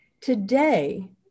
Today